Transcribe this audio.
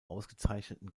ausgezeichneten